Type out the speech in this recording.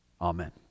Amen